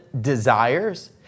desires